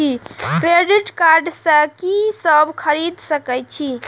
Credit card से की सब खरीद सकें छी?